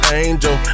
angel